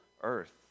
earth